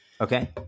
Okay